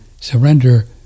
surrender